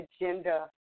agenda